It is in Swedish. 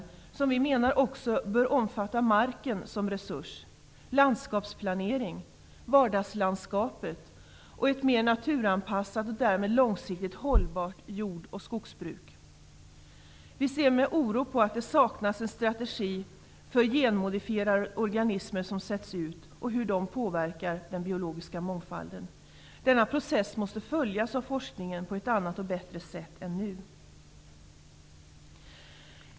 Vi menar att forskningen också bör omfatta marken som resurs, landskapsplanering, vardagslandskapet och ett mer naturanpassat och därmed mer långsiktigt hållbart jord och skogsbruk. Vi ser med oro på att det saknas en strategi för genmodifierade organismer som sätts ut och hur de påverkar den biologiska mångfalden. Denna process måste följas av forskningen på ett annat och bättre sätt än nu.